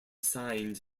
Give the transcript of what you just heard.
signed